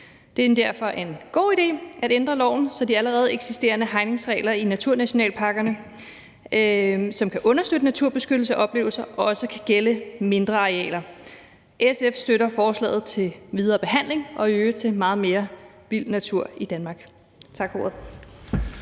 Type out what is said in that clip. Det er derfor en god idé at ændre loven, så de allerede eksisterende hegningsregler i naturnationalparkerne, som kan understøtte naturbeskyttelse og -oplevelser, også kan gælde mindre arealer. SF støtter forslaget til videre behandling og ønsker i øvrigt meget mere vild natur i Danmark. Tak for ordet.